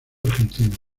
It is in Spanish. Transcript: argentino